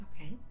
Okay